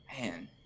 man